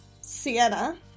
Sienna